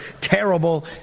terrible